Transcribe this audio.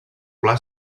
pla